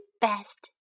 best